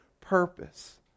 purpose